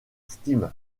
steam